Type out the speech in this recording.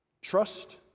Trust